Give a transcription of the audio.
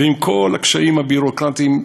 ועם כל הקשיים הביורוקרטיים,